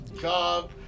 job